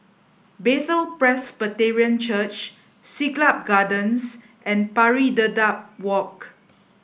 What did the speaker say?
Bethel Presbyterian Church Siglap Gardens and Pari Dedap Walk